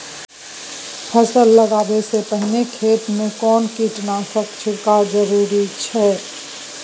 फसल लगबै से पहिने खेत मे कोनो कीटनासक छिरकाव जरूरी अछि की?